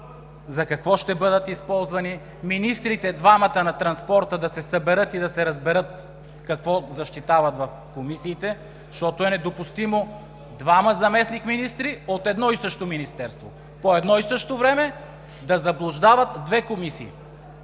за какво ще бъдат използвани, двамата заместник-министри на транспорта да се съберат и да се разберат какво защитават в комисиите. Защото е недопустимо двама заместник-министри от едно и също министерство по едно и също време да заблуждават две комисии.